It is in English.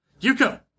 Yuko